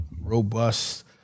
robust